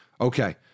Okay